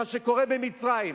מה שקורה במצרים,